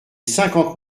cinquante